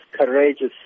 courageous